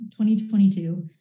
2022